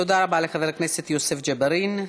תודה רבה לחבר הכנסת יוסף ג'בארין.